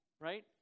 right